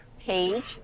page